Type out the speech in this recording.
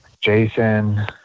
Jason